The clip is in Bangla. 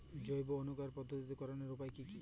জৈব অনুখাদ্য প্রস্তুতিকরনের উপায় কী কী?